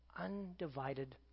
undivided